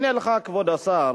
הנה לך, כבוד השר,